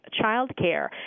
childcare